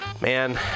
man